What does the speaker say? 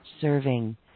serving